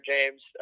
James